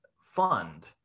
fund